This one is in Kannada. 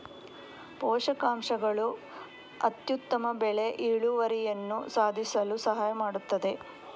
ಪೋಷಕಾಂಶಗಳು ಅತ್ಯುತ್ತಮ ಬೆಳೆ ಇಳುವರಿಯನ್ನು ಸಾಧಿಸಲು ಸಹಾಯ ಮಾಡುತ್ತದೆ